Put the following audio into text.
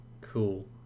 Cool